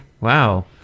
wow